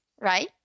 right